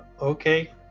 okay